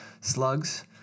slugs